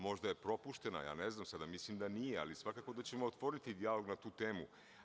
Možda je propuštena, ja ne znam, mislim da nije, ali svakako da ćemo otvoriti dijalog na tu temu.